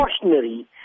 cautionary